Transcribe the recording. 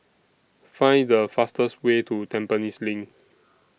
Find The fastest Way to Tampines LINK